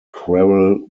quarrel